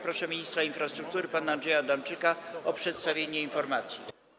Proszę ministra infrastruktury pana Andrzeja Adamczyka o przedstawienie informacji.